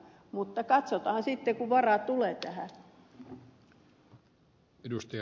mutta katsotaan sitten kun varaa tulee tähän